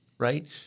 right